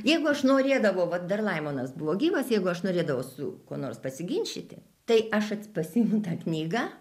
jeigu aš norėdavau vat dar laimonas buvo gyvas jeigu aš norėdavau su kuo nors pasiginčyti tai aš pasiimu tą knygą